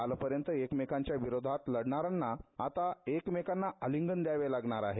कालपर्यंत एकमेकांच्या विरोधात लढणाऱ्यांना आता एकमेकांना अलिंगन द्यावे लागणार आहे